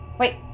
wait,